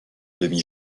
demi